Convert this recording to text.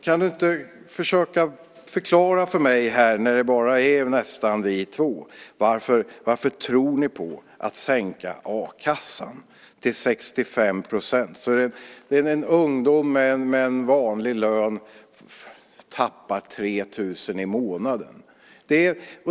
Kan du inte försöka förklara för mig här, när det bara är nästan vi två, varför ni tror på att sänka a-kassan till 65 % så att en ung människa med en vanlig lön tappar 3 000 kr i månaden?